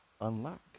unlock